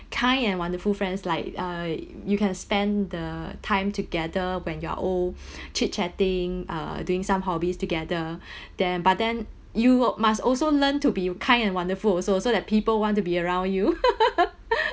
kind and wonderful friends like uh you can spend the time together when you are old chit-chatting uh doing some hobbies together then but then you must also learn to be kind and wonderful also so that people want to be around you